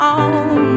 on